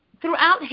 throughout